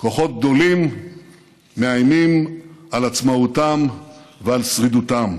כוחות גדולים מאיימים על עצמאותם ועל שרידותם.